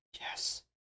Yes